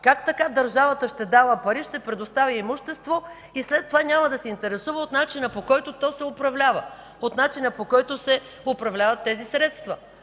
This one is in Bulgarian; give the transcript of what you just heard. Как така държавата ще дава пари, ще предоставя имущество и след това няма да се интересува от начина, по който то се управлява, от начина, по който се управляват тези средства?